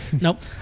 Nope